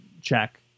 check